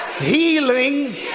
healing